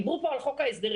דיברו פה על חוק ההסדרים.